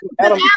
Adam